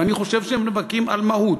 ואני חושב שהם נאבקים על מהות.